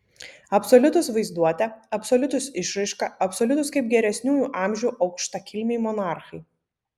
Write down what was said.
absoliutūs vaizduote absoliutūs išraiška absoliutūs kaip geresniųjų amžių aukštakilmiai monarchai